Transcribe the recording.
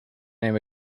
name